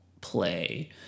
play